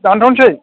दान्थ'सै